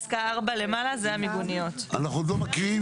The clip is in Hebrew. אנחנו עוד לא מקריאים,